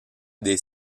des